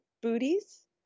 booties